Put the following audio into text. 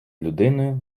людиною